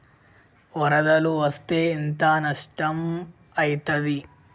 వరదలు వస్తే ఎంత నష్టం ఐతది?